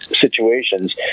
situations